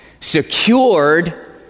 secured